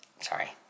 Sorry